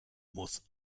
muss